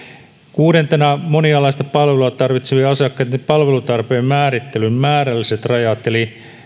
kuudentena te toimistot toteavat että monialaista palvelua tarvitsevien asiakkaitten palvelutarpeen määrittelyn määrälliset rajat eli